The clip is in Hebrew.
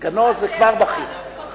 סגנו זה כבר בכיר.